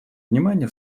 внимание